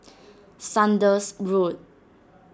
Saunders Road